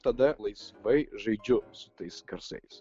tada laisvai žaidžiu su tais garsais